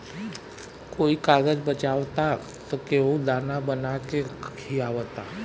कोई कागज बचावता त केहू दाना बना के खिआवता